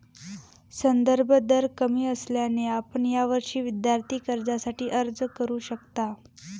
संदर्भ दर कमी असल्याने आपण यावर्षी विद्यार्थी कर्जासाठी अर्ज करू शकता